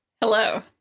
Hello